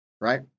right